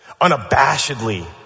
unabashedly